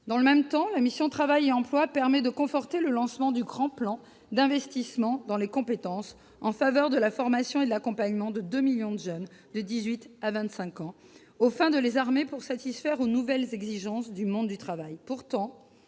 Dans le même temps, la mission « Travail et emploi » permet de conforter le lancement du grand plan d'investissement dans les compétences, en faveur de la formation et de l'accompagnement de deux millions de jeunes de dix-huit à vingt-cinq ans, afin de les armer pour satisfaire aux nouvelles exigences du monde du travail.